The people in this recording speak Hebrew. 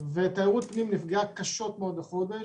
ותיירות הפנים נפגעה קשות החודש,